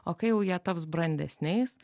o kai jau jie taps brandesniais